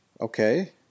Okay